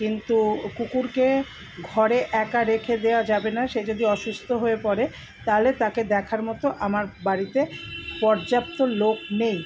কিন্তু কুকুরকে ঘরে একা রেখে দেওয়া যাবে না সে যদি অসুস্থ হয়ে পড়ে তাহলে তাকে দেখার মতো আমার বাড়িতে পর্যাপ্ত লোক নেই